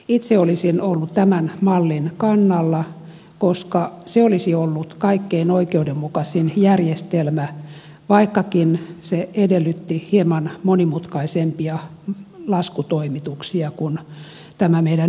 itse olisin ollut tämän mallin kannalla koska se olisi ollut kaikkein oikeudenmukaisin järjestelmä vaikkakin se edellytti hieman monimutkaisempia laskutoimituksia kuin tämä meidän nykyinen järjestelmämme